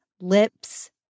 Lips